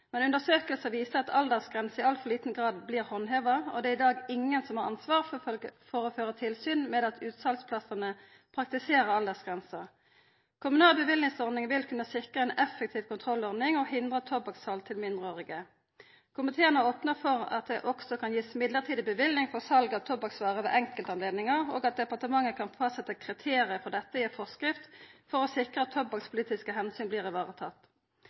Men undersøkingar viser at aldersgrensa i altfor liten grad blir handheva, og det er i dag ingen som har ansvar for å føra tilsyn med at utsalsplassane praktiserer aldersgrensa. Kommunal bevillingsordning vil kunna sikra ei effektiv kontrollordning og hindra tobakkssal til mindreårige. Komiteen har opna for at det også kan gis mellombels bevilling for sal av tobakksvarer ved enkeltanledningar, og at departementet kan fastsetja kriterium for dette i forskrift for å sikra at tobakkspolitiske omsyn blir